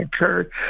occurred